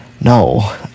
no